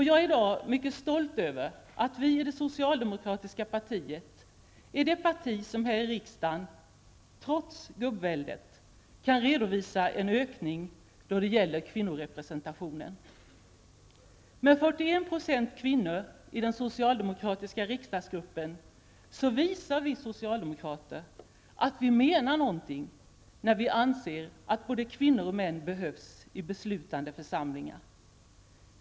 Jag är i dag mycket stolt över att vi i det socialdemokratiska partiet är det parti som här i riksdagen -- trots gubbväldet -- kan redovisa en ökning då det gäller kvinnorepresentationen. Med 41 % kvinnor i den socialdemokratiska riksdagsgruppen visar vi socialdemokrater att vi menar någonting när vi anser att både kvinnor och män behövs i beslutande församlingar.